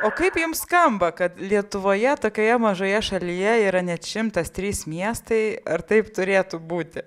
o kaip jums skamba kad lietuvoje tokioje mažoje šalyje yra net šimtas trys miestai ar taip turėtų būti